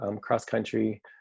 cross-country